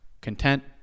Content